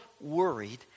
worried